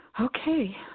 okay